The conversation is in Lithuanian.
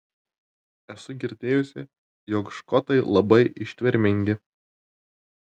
esu girdėjusi jog škotai labai ištvermingi